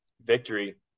Victory